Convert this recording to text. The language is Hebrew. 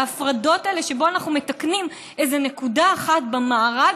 ההפרדות האלה שבהן אנחנו מתקנים איזו נקודה אחת במארג